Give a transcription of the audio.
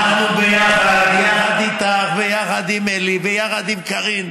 ביחד, ביחד איתך, ביחד עם אלי, ביחד עם קארין,